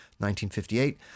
1958